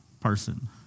person